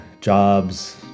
jobs